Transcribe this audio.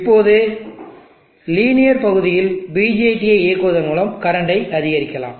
இப்போது லீனியர் பகுதியில் BJT ஐ இயக்குவதன் மூலம் கரண்டை அதிகரிக்கலாம்